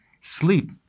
sleep